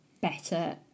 better